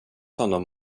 honom